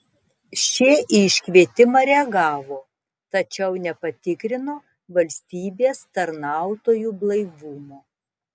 šie į iškvietimą reagavo tačiau nepatikrino valstybės tarnautojų blaivumo